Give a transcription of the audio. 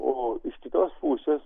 o iš kitos pusės